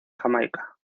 jamaica